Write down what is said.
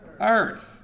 earth